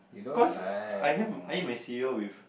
cause I have I eat my cereal with